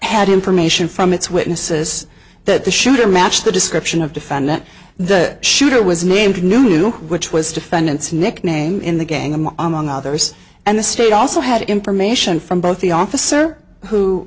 had information from its witnesses that the shooter matched the description of defendant the shooter was named new which was defendant's nickname in the gang i'm on others and the state also had information from both the officer who